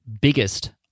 biggest